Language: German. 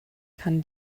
kann